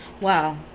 Wow